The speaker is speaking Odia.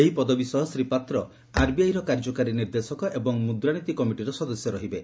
ଏହି ପଦବୀ ସହ ଶ୍ରୀ ପାତ୍ର ଆରବିଆଇର କାର୍ଯ୍ୟକାରୀ ନିର୍ଦ୍ଦେଶକ ଏବଂ ମୁଦ୍ରାନୀତି କମିଟିର ସଦସ୍ୟ ରହିବେ